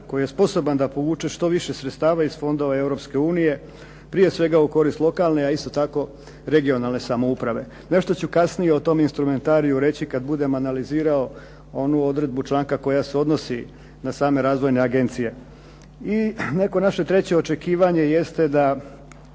koji je sposoban da povuče što više sredstava iz fondova Europske unije, prije svega u korist lokalne a isto tako i regionalne samouprave. Nešto ću kasnije o tom instrumentariju reći kada budem analizirao onu odredbu članka koja se odnosi na same razvojne agencije. I neko naše treće očekivanje jeste da